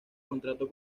contrato